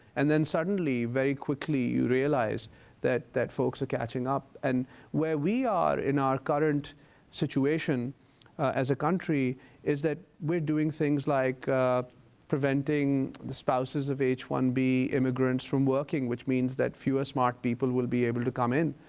and then suddenly, very quickly you realize that that folks are catching up. and where we are in our current situation as a country is that we're doing things like preventing the spouses of h one b immigrants from working, which means that fewer smart people will be able to come in.